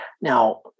Now